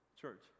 church